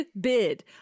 bid